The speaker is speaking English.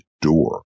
door